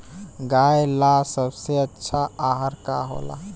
गाय ला सबसे अच्छा आहार का होला?